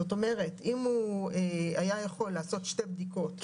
זאת אומרת, אם הוא היה יכול לעשות שתי בדיקות.